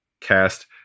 cast